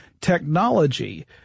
technology